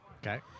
Okay